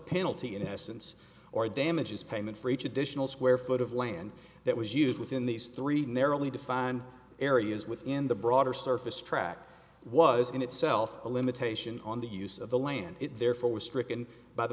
penalty in essence or damages payment for each additional square foot of land that was used within these three narrowly defined areas within the broader surface track was in itself a limitation on the use of the land it therefore was stricken by the